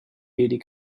beauty